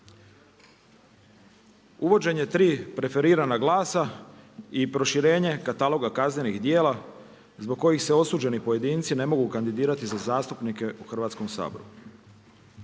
Uvođenje tri preferirana glasa i proširenje kataloga kaznenih djela zbog kojih se osuđeni pojedinci ne mogu kandidirati za zastupnike u Hrvatskom saboru.